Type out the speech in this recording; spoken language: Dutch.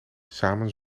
samen